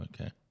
Okay